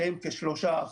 שהם כ-3%.